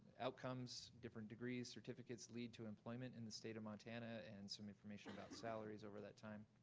outcomes, different degree certificates lead to employment in the state of montana, and some information about salaries over that time.